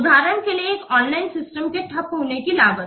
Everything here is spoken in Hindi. उदाहरण के लिए एक ऑनलाइन सिस्टम के ठप्प होने की लागत